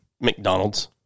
McDonald's